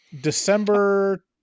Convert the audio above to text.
December